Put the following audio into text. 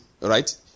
right